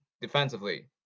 defensively